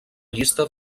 llista